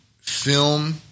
film